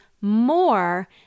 more